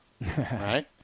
right